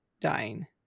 dying